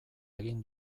egin